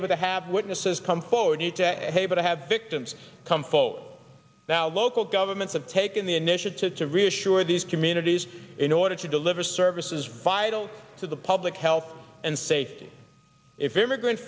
able to have victims come forward now local governments have taken the initiative to reassure these communities in order to deliver services vital to the public health and safety if immigrant